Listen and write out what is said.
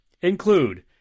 include